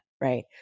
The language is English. right